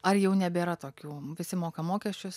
ar jau nebėra tokių visi moka mokesčius